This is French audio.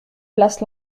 placent